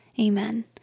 Amen